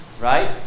right